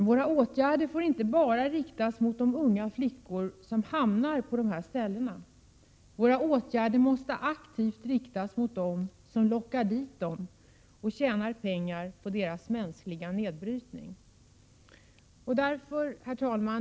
Våra åtgärder får inte riktas bara mot de unga flickor som hamnar på dessa ställen. Våra åtgärder måste aktivt riktas mot dem som lockar dit dem och tjänar pengar på deras mänskliga nedbrytning. Herr talman!